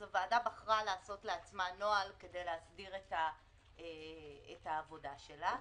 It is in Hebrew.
אז הוועדה בחרה לעשות לעצמה נוהל כדי להסדיר את העבודה שלה.